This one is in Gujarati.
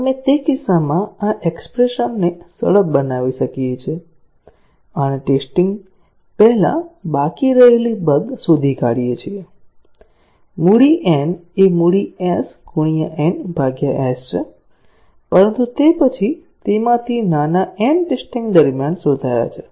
આપણે તે કિસ્સામાં આ એક્ષ્પ્રેશન ને સરળ બનાવી શકીએ છીએ અને ટેસ્ટીંગ પહેલાં બાકી રહેલી બગ શોધી શકીએ છીએ મૂડી N એ મૂડી S n s છે પરંતુ તે પછી તેમાંથી નાના n ટેસ્ટીંગ દરમિયાન શોધાયા છે